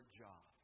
job